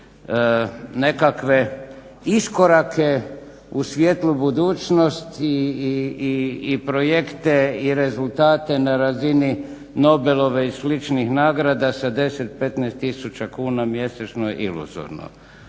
nekakve iskorake u svijetlu budućnost i projekte, i rezultate na razini Nobelove i sličnih nagrada sa 10, 15 tisuća kuna mjesečno je iluzorno.